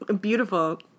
Beautiful